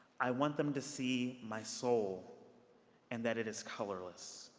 i want them to see my soul and that it is colorless.